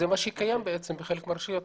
זה מה שקיים היום בחלק מהרשויות,